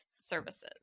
services